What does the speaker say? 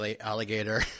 alligator